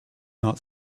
not